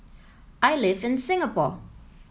I live in Singapore